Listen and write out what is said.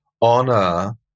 honor